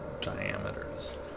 diameters